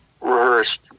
rehearsed